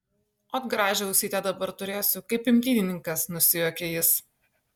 ot gražią ausytę dabar turėsiu kaip imtynininkas nusijuokė jis